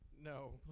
No